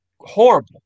horrible